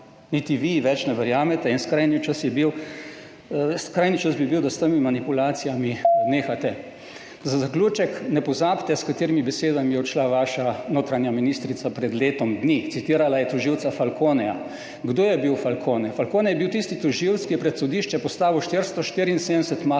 niti vi ji več ne verjamete. In skrajni čas bi bil, da s temi manipulacijami nehate. Za zaključek, ne pozabite s katerimi besedami je odšla vaša notranja ministrica pred letom dni, citirala je tožilca Falconeja. Kdo je bil Falcone? Falcone je bil tisti tožilec, ki je pred sodišče postavil 474 mafijcev,